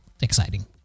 exciting